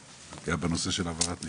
בנושא של העברת נפטר,